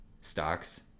stocks